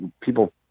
people